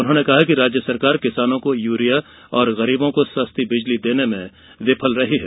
उन्होंने कहा कि राज्य सरकार किसानों को यूरिया और गरीबों को सस्ती बिजली देने में विफल रही है